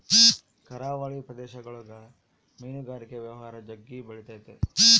ಕರಾವಳಿ ಪ್ರದೇಶಗುಳಗ ಮೀನುಗಾರಿಕೆ ವ್ಯವಹಾರ ಜಗ್ಗಿ ಬೆಳಿತತೆ